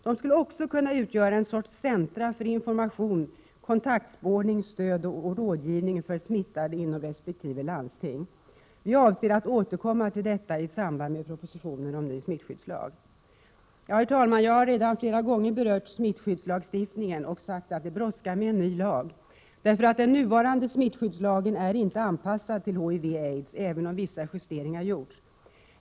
De skulle också kunna utgöra en sorts centra för information, kontaktspårning, stöd och rådgivning för smittande inom resp. landsting. Vi avser att återkomma till detta i samband med propositionen om ny smittskyddslag. Herr talman! Jag har redan flera gånger berört smittskyddslagstiftningen och sagt att det brådskar med en ny lag. Den nuvarande smittskyddslagen är inte anpassad till HIV och aids, även om vissa justeringar gjorts.